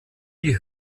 die